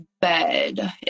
bed